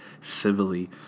civilly